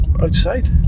outside